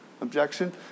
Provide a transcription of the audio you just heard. objection